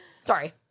Sorry